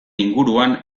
inguruan